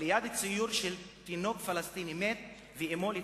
ליד ציור של תינוק פלסטיני מת ואמו לצדו,